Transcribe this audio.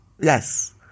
Yes